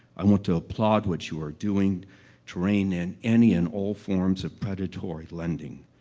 i want to applaud what you are doing to rein in any and all forms of predatory lending.